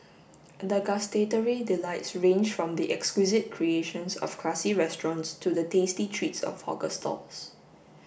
the gustatory delights range from the exquisite creations of classy restaurants to the tasty treats of hawker stalls